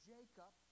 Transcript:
Jacob